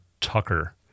Tucker –